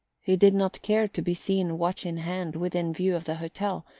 he did not care to be seen watch in hand within view of the hotel,